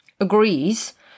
agrees